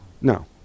No